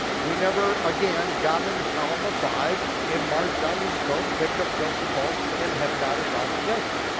we never again got in a column of fives and marched down to so succoth and picked up joseph's bones and headed out across the desert.